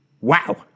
Wow